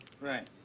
Right